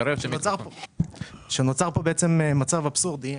נוצר כאן מצב אבסורדי.